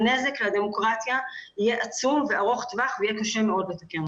הנזק לדמוקרטיה יהיה עצום וארוך טווח ויהיה קשה מאוד לתקן אותו.